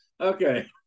Okay